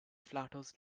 flatters